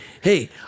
Hey